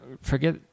forget